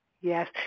Yes